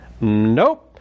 nope